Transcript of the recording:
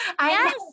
Yes